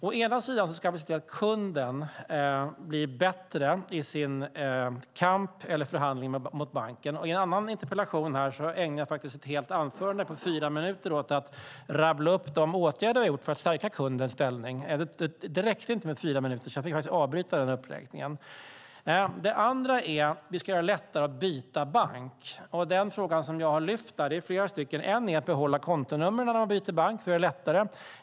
Å ena sidan ska vi se till att kunden blir bättre i sin kamp eller förhandling mot banken, och i en annan interpellationsdebatt ägnade jag faktiskt ett helt anförande på fyra minuter åt att rabbla upp de åtgärder vi har vidtagit för att stärka kundens ställning. Det räckte inte med fyra minuter, så jag fick faktiskt avbryta den uppräkningen. Å andra sidan ska vi göra det lättare att byta bank. Där finns det flera frågor som jag har tagit upp. En är att man ska kunna behålla kontonummer när man byter bank för att göra det lättare.